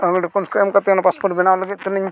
ᱚᱱᱟ ᱠᱚ ᱮᱢᱠᱟᱛᱮ ᱚᱱᱟ ᱵᱮᱱᱟᱣ ᱞᱟᱹᱜᱤᱫ ᱛᱮᱞᱤᱧ